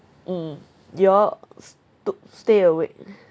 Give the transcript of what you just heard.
mm you all sto~ stay awake